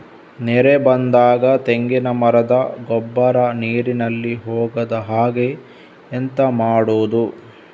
ನೆರೆ ಬಂದಾಗ ತೆಂಗಿನ ಮರದ ಗೊಬ್ಬರ ನೀರಿನಲ್ಲಿ ಹೋಗದ ಹಾಗೆ ಎಂತ ಮಾಡೋದು?